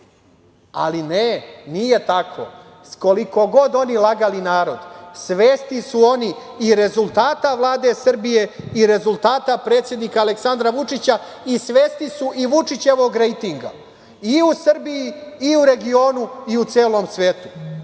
Ali, ne, nije tako. Koliko god oni lagali narod, svesni su oni i rezultata Vlade Srbije i rezultata predsednika Aleksandra Vučića i svesni su i Vučićevog rejtinga i u Srbiji i u regionu i u celom